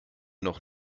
noch